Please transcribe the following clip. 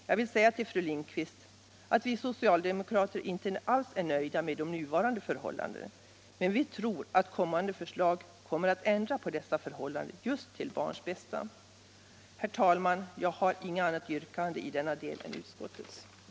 Jag vill säga till fru Lindquist att vi socialdemokrater inte alls är nöjda med de nuvarande förhållandena, men vi tror att de förslag som är att vänta kommer att leda till ändringar som blir just till barns bästa. Herr talman! Jag har inget annat yrkande i denna del än bifall till utskottets hemställan.